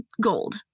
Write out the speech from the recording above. gold